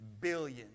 billion